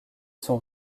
son